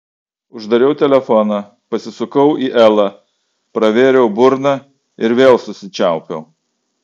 uždariau telefoną pasisukau į elą pravėriau burną ir vėl susičiaupiau